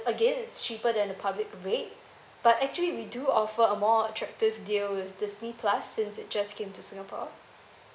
again it's cheaper than the public rate but actually we do offer a more attractive deal with disney plus since it just came to singapore